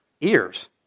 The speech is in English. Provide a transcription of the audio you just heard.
ears